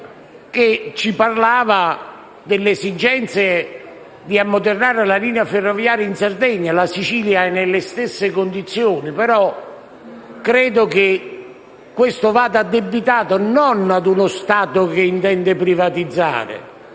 ha parlato delle esigenze di ammodernare la linea ferroviaria in Sardegna. La Sicilia è nelle stesse condizioni, ma credo che questo vada addebitato non a uno Stato che intende privatizzare,